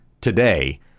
today